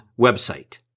website